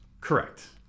Correct